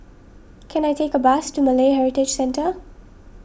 can I take a bus to Malay Heritage Centre